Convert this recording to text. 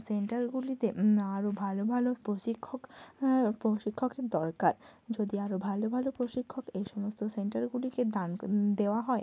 সেন্টারগুলিতে আরো ভালো ভালো প্রশিক্ষক প্রশিক্ষকের দরকার যদি আরো ভালো ভালো প্রশিক্ষক এই সমস্ত সেন্টারগুলিকে দান দেওয়া হয়